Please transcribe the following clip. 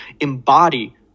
embody